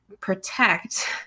protect